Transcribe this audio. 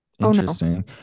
interesting